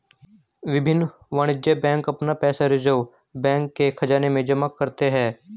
विभिन्न वाणिज्यिक बैंक अपना पैसा रिज़र्व बैंक के ख़ज़ाने में जमा करते हैं